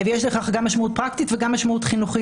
יש לכך גם משמעות פרקטית וגם משמעות חינוכית